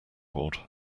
board